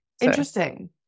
Interesting